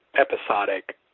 episodic